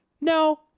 no